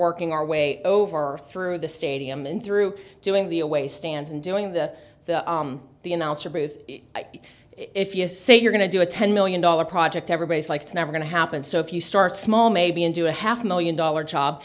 working our way over or through the stadium and through doing the away stands and doing the the the announcer booth if you say you're going to do a ten million dollar project everybody's like it's never going to happen so if you start small maybe into a half million dollar job